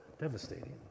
devastating